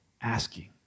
asking